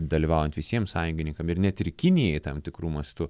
dalyvaujant visiems sąjungininkam ir net ir kinijai tam tikru mastu